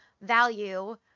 value